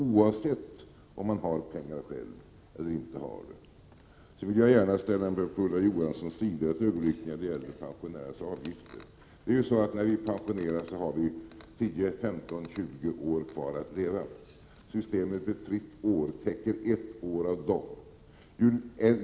Oavsett om man har pengar själv eller inte. Sedan vill jag gärna ett ögonblick ställa mig på Ulla Johanssons sida när det gäller pensionärernas avgifter. När vi pensioneras har vi 10, 15, 20 år kvar att leva. Systemet med fritt år täcker ett av dessa år.